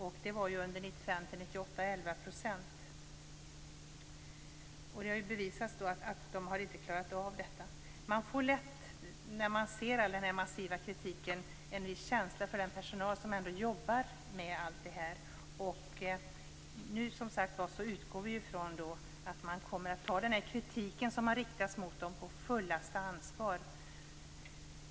Under tiden 1995-1998 var det 11 %. Det har bevisats att försäkringskassorna inte har klarat av detta. När man ser denna massiva kritik får man en viss känsla för den personal som ändå jobbar med allt detta. Nu utgår vi från att man kommer att ta denna kritik som har riktats på fullt allvar.